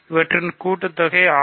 அவற்றின் கூட்டுத்தொகை 6